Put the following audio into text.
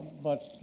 but,